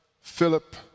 Philip